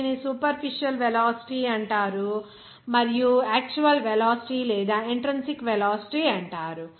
దీనిని superficial velocity మరియు actual velocity లేదా ఇంట్రిన్సిక్ వెలాసిటీ అంటారు